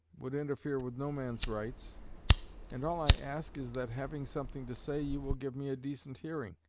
would interfere with no man's rights and all i ask is that, having something to say, you will give me a decent hearing.